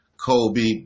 Kobe